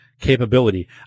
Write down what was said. capability